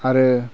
आरो